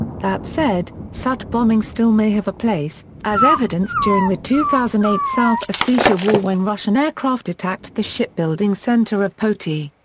that said, such bombing still may have a place, as evidenced during the two thousand and eight south ossetia war when russian aircraft attacked the shipbuilding center of poti.